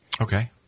Okay